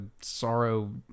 sorrow